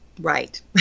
Right